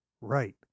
Right